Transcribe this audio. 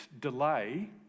delay